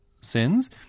sins